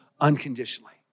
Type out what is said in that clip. unconditionally